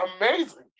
amazing